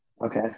okay